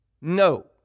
No